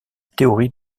théorie